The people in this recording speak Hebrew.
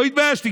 לא התביישתי,